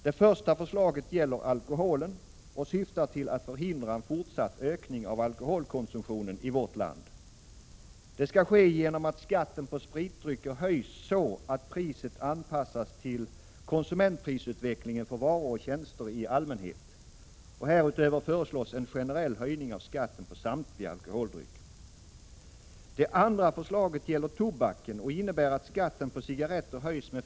Det första förslaget gäller alkoholen och syftar till att förhindra en fortsatt ökning av alkoholkonsumtionen i vårt land. Det skall ske genom att skatten på spritdrycker höjs så att priset anpassas till konsumentprisutvecklingen för varor och tjänster i allmänhet. Härutöver föreslås en generell höjning av skatten på samtliga alkoholdrycker.